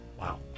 Wow